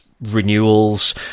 renewals